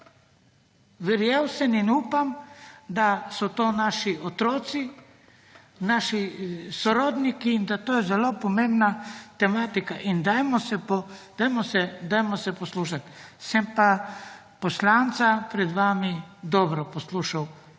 Verjel sem in upam, da so to naši otroci, naši sorodniki in to je zelo pomembna tematika in dajmo se poslušat. Sem pa poslanca pred vami dobro poslušal,